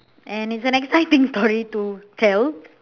and it's an exciting story to tell